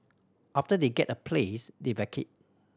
after they get a place they vacate